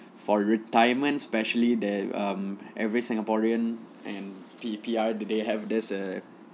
for retirement specially there um every singaporean and p~ P_R they have this err